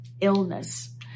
illness